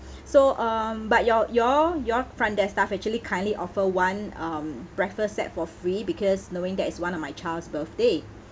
so um but your your your front desk staff actually kindly offer one um breakfast set for free because knowing that is one of my child's birthday